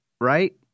right